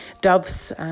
Dove's